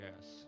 yes